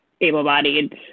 able-bodied